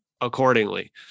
accordingly